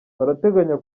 barateganya